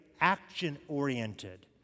action-oriented